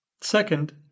Second